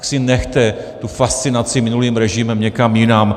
Tak si nechte tu fascinaci minulým režimem někam jinam!